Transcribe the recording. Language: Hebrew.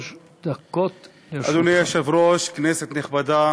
אדוני היושב-ראש, כנסת נכבדה,